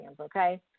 okay